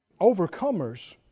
overcomers